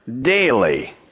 daily